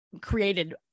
created